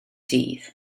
dydd